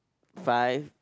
five